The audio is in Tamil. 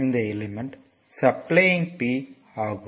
இந்த எலிமெண்ட் சப்ளையிங் P ஆகும்